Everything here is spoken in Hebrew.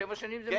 כן.